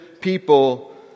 people